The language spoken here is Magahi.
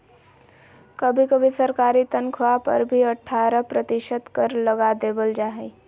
कभी कभी सरकारी तन्ख्वाह पर भी अट्ठारह प्रतिशत कर लगा देबल जा हइ